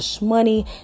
money